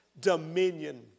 dominion